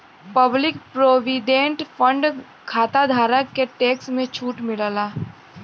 public provident fund खाताधारक के tax में छूट मिलला